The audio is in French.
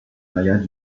mayas